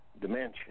dimension